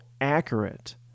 accurate